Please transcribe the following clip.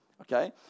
Okay